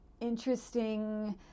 interesting